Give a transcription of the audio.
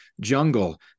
jungle